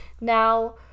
now